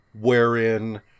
wherein